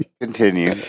Continue